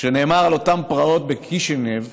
שנאמר על אותן פרעות בקישינב,